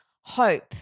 hope